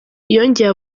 yongeye